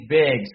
big